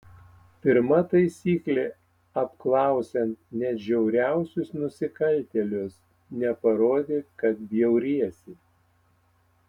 pirma taisyklė apklausiant net žiauriausius nusikaltėlius neparodyk kad bjauriesi